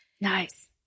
Nice